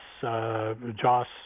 Joss